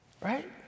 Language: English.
Right